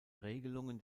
regelungen